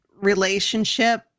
relationship